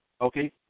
okay